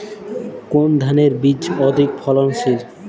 কোন ধানের বীজ অধিক ফলনশীল?